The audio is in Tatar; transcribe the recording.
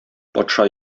патша